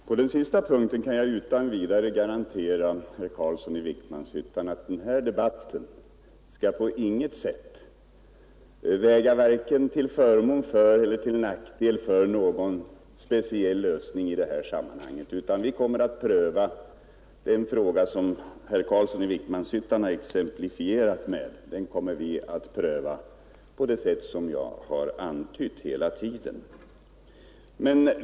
Herr talman! På den sista punkten kan jag utan vidare garantera herr Carlsson i Vikmanshyttan att den här debatten skall på intet sätt väga vare sig till förmån eller till nackdel för någon speciell lösning. Det fall som herr Carlsson har anfört i sitt exempel kommer vi att pröva på det sätt som jag har antytt hela tiden.